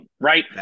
right